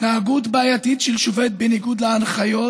התנהגות בעייתית של שופט בניגוד להנחיות